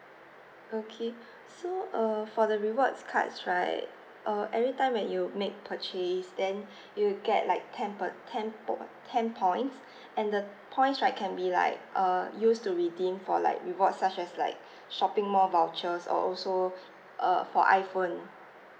okay so err for the rewards cards right err every time when you make purchase then you'll get like ten per~ ten pon~ ten points and the points right can be like uh used to redeem for like rewards such as like shopping mall vouchers or also err for iphone